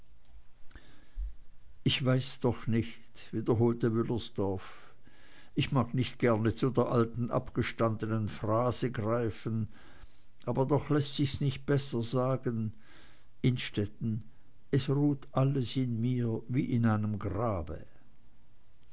ich weiß doch nicht wiederholte wüllersdorf ich mag nicht gerne zu der alten abgestandenen phrase greifen aber doch läßt sich's nicht besser sagen innstetten es ruht alles in mir wie in einem grabe